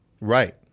Right